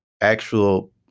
actual